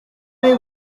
may